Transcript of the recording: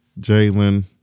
Jalen